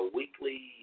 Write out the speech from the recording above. weekly